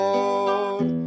Lord